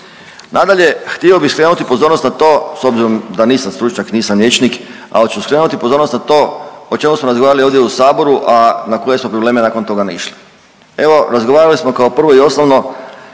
Nadalje, htio bih skrenuti pozornost na to s obzirom da nisam stručnjak, nisam liječnik, ali ću skrenuti pozornost na to o čemu smo razgovarali ovdje u Saboru, a na koje smo probleme nakon toga naišli. Evo razgovarali smo kao prvo i osnovno